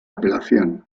apelación